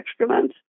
excrement